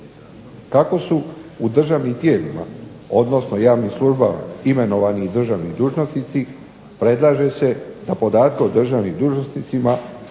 Kako su u državnim tijelima, odnosno javnim službama imenovani i državni dužnosnici predlaže se da podatke o državnim dužnosnicima vode